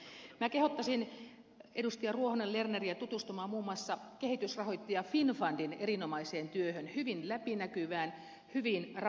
minä kehottaisin edustaja ruohonen lerneriä tutustumaan muun muassa kehitysrahoittaja finnfundin erinomaiseen työhön hyvin läpinäkyvään hyvin raportoituun